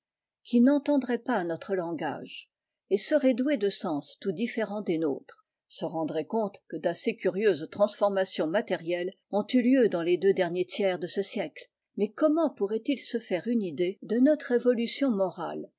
qui n'entendrait pas notre langage et serait doué de sens tout différents des nôtres se rendrait compte que d'assez curieuses transformations matérielles ont e lieu dans les deux derniers tiers de ce siècle mais comment pourrait-il se faire une idée d le progrès de notre évolution morale